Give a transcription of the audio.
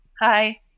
Hi